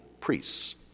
priests